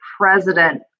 president